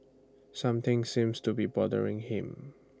something seems to be bothering him